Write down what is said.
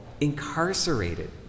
incarcerated